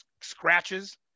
scratches